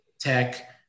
tech